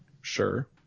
sure